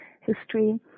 history